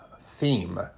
theme